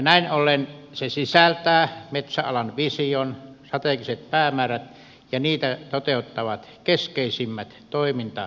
näin ollen se sisältää metsäalan vision strategiset päämäärät ja niitä toteuttavat keskeisimmät toimenpidekokonaisuudet